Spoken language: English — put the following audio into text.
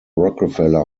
rockefeller